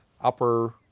upper